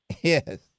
Yes